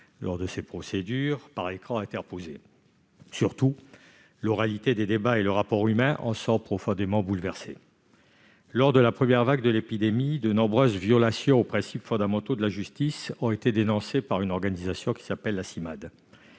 cadre de ces procédures par écran interposé. Surtout, l'oralité des débats et le rapport humain en sont profondément bouleversés. Lors de la première vague de l'épidémie, de nombreuses violations aux principes fondamentaux de la justice ont été dénoncées par la Cimade. Ainsi, l'association